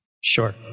Sure